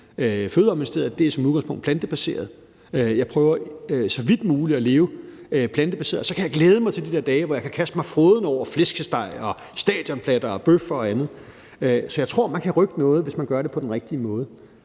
som udgangspunkt er plantebaserede. Jeg prøver så vidt muligt at leve plantebaseret, og så kan jeg glæde mig til de der dage, hvor jeg kan kaste mig frådende over flæskesteg og stadionplatter og bøffer og andet. Så jeg tror, man kan rykke noget, hvis man gør det på den rigtige måde.